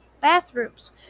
bathrooms